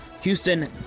Houston